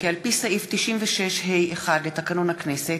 להודיעכם, כי על-פי סעיף 96(ה)(1) לתקנון הכנסת,